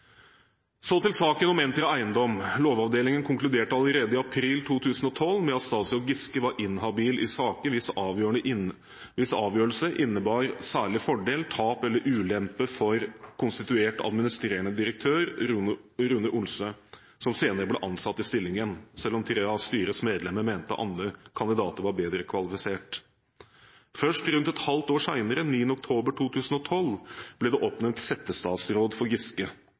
Så til saken om Entra Eiendom. Lovavdelingen konkluderte allerede i april 2012 med at statsråd Giske var inhabil i saker hvis avgjørelse innebar særlig fordel, tap eller ulemper for konstituert administrerende direktør Rune Olsø, som senere ble ansatt i stillingen – selv om tre av styrets medlemmer mente andre kandidater var bedre kvalifisert. Først rundt et halvt år senere, 9. oktober 2012, ble det oppnevnt settestatsråd for Giske.